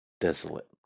desolate